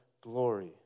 glory